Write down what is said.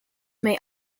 may